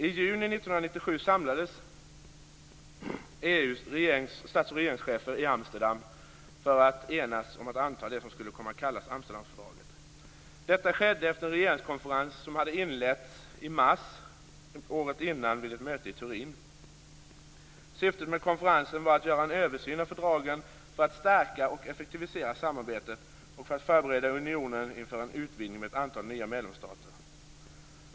I juni 1997 samlades EU:s stats och regeringschefer i Amsterdam för att enas om att anta det som skulle komma att kallas Amsterdamfördraget. Detta skedde efter en regeringskonferens som hade inletts i mars året innan vid ett möte i Turin. Syftet med konferensen var att göra en översyn av fördragen för att stärka och effektivisera samarbetet och för att förbereda unionen inför en utvidgning med ett antal nya medlemsstater.